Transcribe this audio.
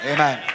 Amen